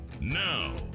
now